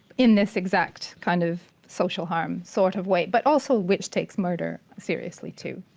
in this exact kind of social harm sort of way, but also which takes murder seriously too.